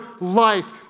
life